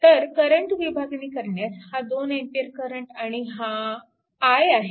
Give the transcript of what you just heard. तर करंट विभागणी करण्यास हा 2A करंट आणि हा i आहे